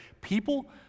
people